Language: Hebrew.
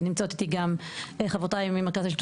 שנמצאות איתי גם חברותיי מהמרכז השלטון